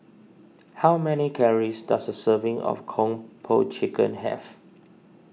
how many calories does a serving of Kung Po Chicken have